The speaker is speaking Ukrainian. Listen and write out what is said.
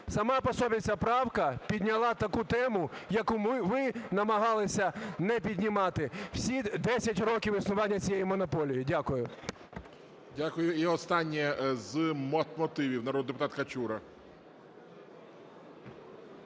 сама по собі ця правка підняла таку тему, яку ви намагалися не піднімати всі 10 років існування цієї монополії. Дякую. ГОЛОВУЮЧИЙ. Дякую. І останнє з мотивів – народний депутат Качура.